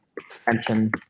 extension